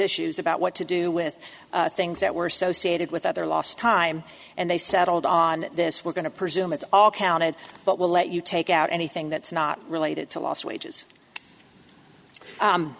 issues about what to do with things that were associated with other lost time and they settled on this we're going to presume it's all counted but we'll let you take out anything that's not related to lost wages